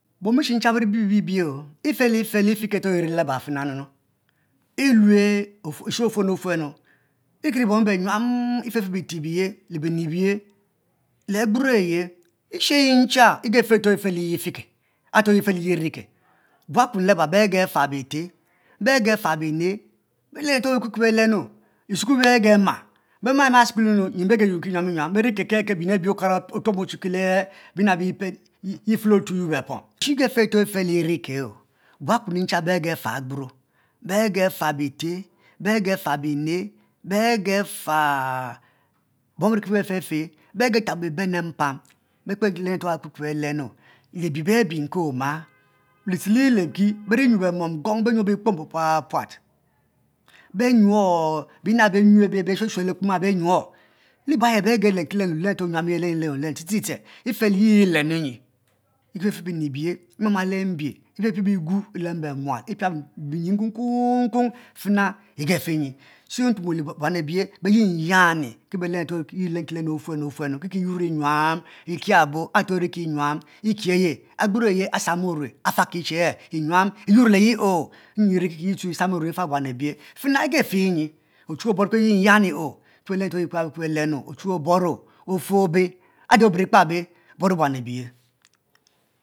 Bom eshe ncha beri bibie fe afe le ifiki are fena nu nu elue ofuenu iri ki bom abe be nyuam ife fe bite biye biue biye le agburo aye shey ayi ncha egefe are fele irike are ifele ye rike buukuen le ba bega fa bite beh ga bine bari kpe are ki belenu sekue bege ma bema esukue nyin bege yuenki nyuan nyuam berike kel kel bina bi okara ofe le otue beyuor bepom she gefe are fele irike buakuen ncha begetu ugburo bege ta bite begefa bine begafa bom abe iri ke befe fe begetubo bibenu mpam bekpe ki belenu abie beh biemki oma beriyue be mom gong benyue bikpong puat puat puat benyuo bena abi be hue linki lenu nyam ste ste ste ife le ye ilenu nyi fefe bine ebiye mama le mbie epiepie bigu lemo bemual pia binyin nku nku nku fena bige fe nyi ki buan abeyi beyin yani ki belenki ki are ofunu ofunu kiki yuor nyuam ekiabo areto eri nyuam eki eye agburo ayie asamo arue aaki ye che nyuam iyuor le ye oh nyi ye tue erike ki samo arue ifa buan abeye fina egefe nyi ochuwue oborkiye ki yin yani o bebelenu ochuwue oboro ofe obey ade oburu kpabe boro buan abeyi